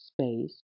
space